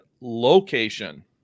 location